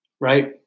Right